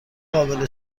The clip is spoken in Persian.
قابل